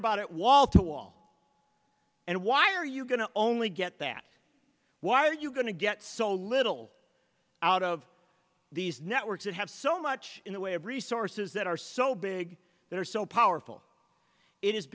about it wall to wall and why are you going to only get that why are you going to get so little out of these networks that have so much in the way of resources that are so big that are so powerful it is